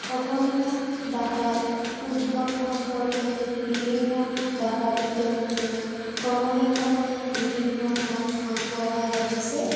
অসমীয়া ভাষাৰ উদ্ভৱ সম্পৰ্কে বিভিন্ন ভাষাবিজ্ঞানীয়ে সময়ে সময়ে বিভিন্ন মত আগবঢ়াই আহিছে